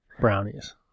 brownies